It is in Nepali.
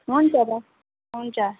हुन्छ दा हुन्छ